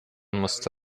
musste